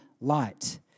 light